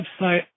website